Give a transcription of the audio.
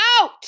out